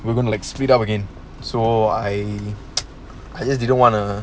we're going to split up again so I I just didn't want a